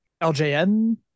LJN